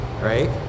right